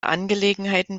angelegenheiten